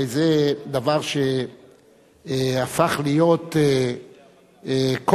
הרי זה דבר שהפך להיות כורח